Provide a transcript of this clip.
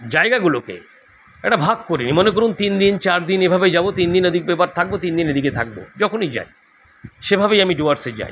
জায়গাগুলোকে একটা ভাগ করে নিই মনে করুন তিন দিন চার দিন এভাবে যাবো তিন দিন এদিক প্রপার থাকবো তিন দিন এদিকে থাকবো যখনই যাই সেভাবেই আমি ডুয়ার্সে যাই